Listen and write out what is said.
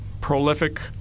prolific